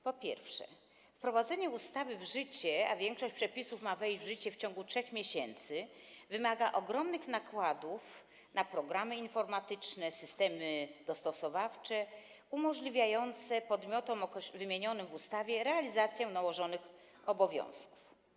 Po pierwsze, wprowadzenie ustawy w życie, a większość przepisów ma wejść w życie w ciągu 3 miesięcy, wymaga ogromnych nakładów na programy informatyczne, systemy dostosowawcze umożliwiające podmiotom wymienionym w ustawie realizację nałożonych obowiązków.